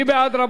מי בעד?